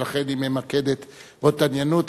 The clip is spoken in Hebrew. ולכן היא ממקדת התעניינות,